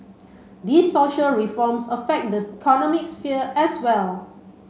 these social reforms affect the economic sphere as well